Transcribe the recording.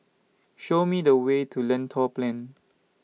Show Me The Way to Lentor Plain